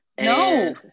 No